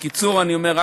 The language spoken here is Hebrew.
בקיצור אני אומר,